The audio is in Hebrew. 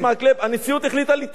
הנשיאות החליטה לדחות את זה.